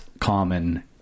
common